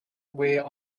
where